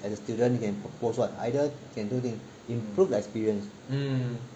as a student you can propose what either can two things improve the experience